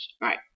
right